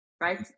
right